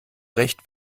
recht